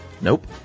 Nope